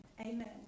amen